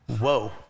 whoa